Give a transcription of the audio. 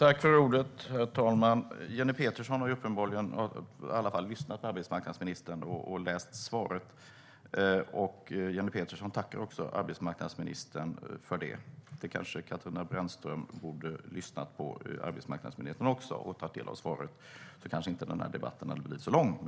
Herr talman! Jenny Petersson har uppenbarligen lyssnat på arbetsmarknadsministerns svar. Jenny Petersson tackar också arbetsmarknadsministern för svaret. Kanske Katarina Brännström också borde ha lyssnat på arbetsmarknadsministerns svar. Då kanske inte den här debatten hade blivit så lång.